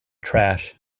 trash